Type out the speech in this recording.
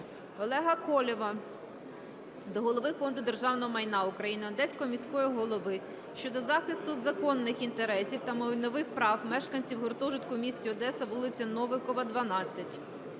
Олега Колєва до Голови Фонду державного майна України, Одеського міського голови щодо захисту законних інтересів та майнових прав мешканців гуртожитку у місті Одеса, вулиця Новикова, 12.